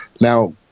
Now